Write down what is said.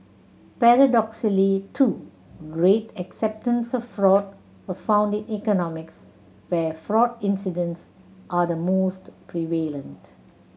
paradoxically too great acceptance of fraud was found in economies where fraud incidents are the most prevalent